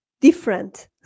different